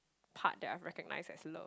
part that I recognise as love